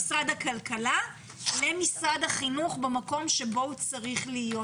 ממשרד הכלכלה למשרד החינוך במקום שבו הן צריכים להיות.